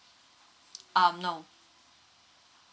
um no